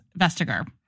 Vestager